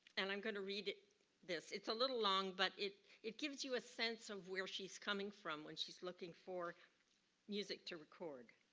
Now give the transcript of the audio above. and i'm going to read this. it's a little long, but it it gives you a sense of where she's coming from when she's looking for music to record.